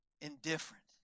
indifferent